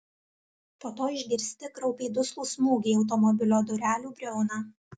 po to išgirsti kraupiai duslų smūgį į automobilio durelių briauną